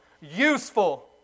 Useful